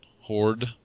Horde